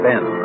Ben